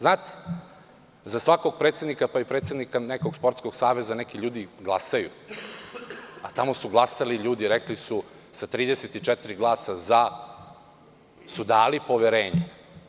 Znate, za svakog predsednika, pa i predsednika nekog sportskog saveza neki ljudi glasaju, a tamo su glasali ljudi, rekli su sa 34 glasa za su dali poverenje.